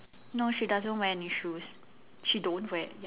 no she doesn't wear any shoes she don't wear ya